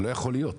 זה לא יכול להיות.